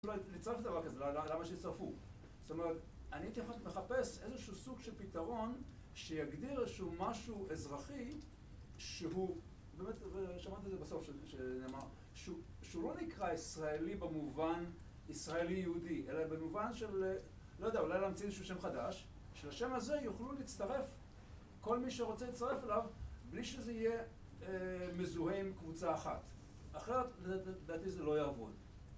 להצטרף לדבר כזה, למה שהצטרפו. זאת אומרת, אני הייתי חוץ מחפש איזשהו סוג של פתרון שיגדיר איזשהו משהו אזרחי שהוא, באמת שמעתי את זה בסוף, שנאמר, שהוא לא נקרא ישראלי במובן ישראלי-יהודי, אלא במובן של, לא יודע, אולי להמציא איזשהו שם חדש, שלשם הזה יוכלו להצטרף כל מי שרוצה להצטרף אליו בלי שזה יהיה מזוהה עם קבוצה אחת. אחרת, לדעתי, זה לא יעבוד.